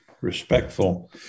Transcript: respectful